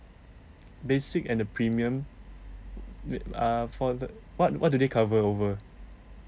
basic and the premium wi~ uh for the what what do they cover over